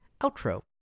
Outro